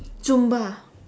Zumba